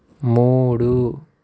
మూడు